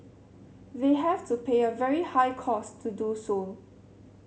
they have to pay a very high cost to do so